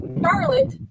Charlotte